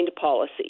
policy